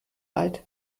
alt